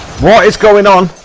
was going on